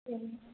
சரிங்க மேம்